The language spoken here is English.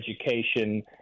education